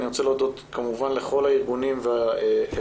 אני רוצה להודות כמובן לכל הארגונים ולכל